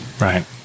Right